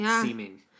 seeming